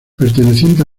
perteneciente